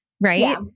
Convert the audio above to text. right